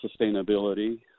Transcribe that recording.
sustainability